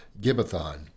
Gibbethon